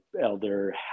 Elder